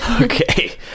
Okay